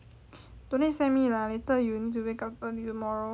don't need send me lah later you need to wake up early tomorrow